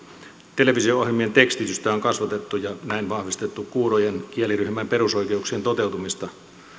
televisio ohjelmien tekstitystä on kasvatettu ja näin vahvistettu kuurojen kieliryhmän perusoikeuksien toteutumista